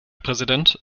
präsident